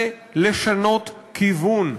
צריכים בנושא הזה לשנות כיוון.